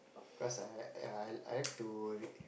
cause I I I like to read